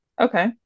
okay